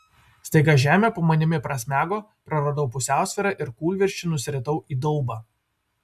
staiga žemė po manimi prasmego praradau pusiausvyrą ir kūlvirsčia nusiritau į daubą